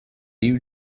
you